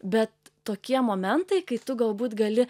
bet tokie momentai kai tu galbūt gali